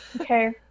okay